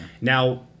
Now